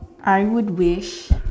I would wish